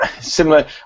similar